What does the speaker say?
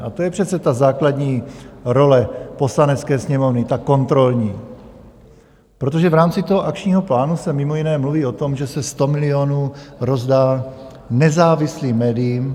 A to je přece základní role Poslanecké sněmovny, ta kontrolní, protože v rámci toho akčního plánu se mimo jiné mluví o tom, že se 100 milionů rozdá nezávislým médiím.